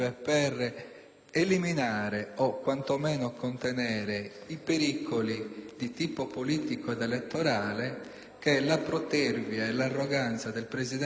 che la protervia e l'arroganza del Presidente del Consiglio stanno determinando. Ciò al fine di favorire un normale, regolare, serio